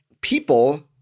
people